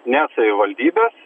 ne savivaldybės